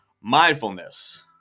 mindfulness